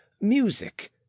music